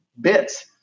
bits